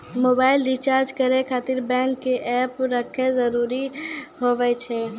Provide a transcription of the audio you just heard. Mobile recharge करे खातिर bank के ऐप रखे जरूरी हाव है?